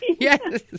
Yes